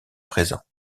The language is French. présents